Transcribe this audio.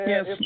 Yes